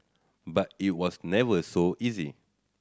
but it was never so easy